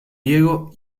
diego